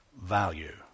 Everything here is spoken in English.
value